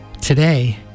Today